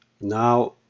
now